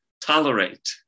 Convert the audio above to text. tolerate